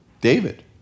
David